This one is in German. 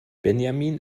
benjamin